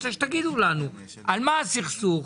רוצה שתגידו לנו על מה הסכסוך,